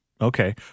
Okay